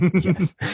Yes